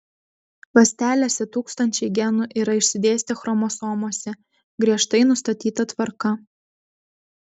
ląstelėse tūkstančiai genų yra išsidėstę chromosomose griežtai nustatyta tvarka